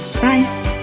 Bye